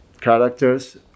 characters